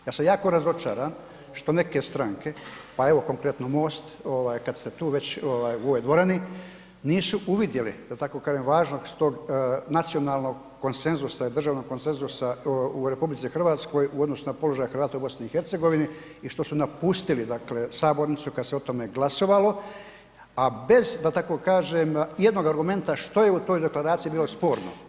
Ja sam jako razočaran što neke stranke, pa evo, konkretno MOST, kad ste tu već u ovoj dvorani, nisu uvidjeli, da tako kažem, važnost tog nacionalnog konsenzusa, državnog konsenzusa u RH u odnosu na položaj Hrvata u BiH i što su napustili sabornicu kad se o tome glasovalo, a bez, da tako kažem, jednog argumenta što je u toj deklaraciji bilo sporno.